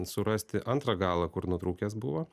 surasti antrą galą kur nutrūkęs buvo